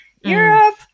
Europe